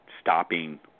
stopping